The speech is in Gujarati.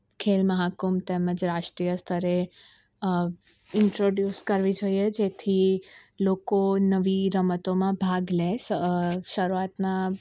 ખેલ મહાકુંભ તેમજ રાષ્ટ્રીય સ્તરે ઇન્ટરોડ્યુસ કરવી જોઈએ જેથી લોકો નવી રમતોમાં ભાગ લે શરૂઆતમાં